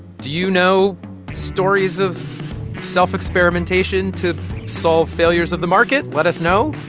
do you know stories of self-experimentation to solve failures of the market? let us know.